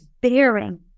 bearing